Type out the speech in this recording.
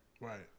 Right